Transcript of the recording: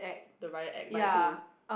the Riot Act by who